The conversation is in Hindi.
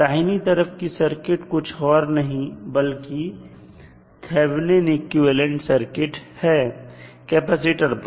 दाहिनी तरफ की सर्किट कुछ और नहीं बल्कि थेवनिन इक्विवेलेंट सर्किट है कैपेसिटर पर